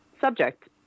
subject